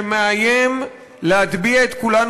שמאיים להטביע את כולנו,